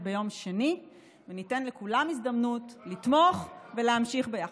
ביום שני וניתן לכולם הזדמנות לתמוך ולהמשיך ביחד.